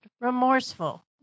remorseful